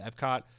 Epcot